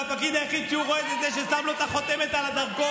והפקיד היחיד שהוא רואה זה אותו אחד ששם לו את החותמת על הדרכון.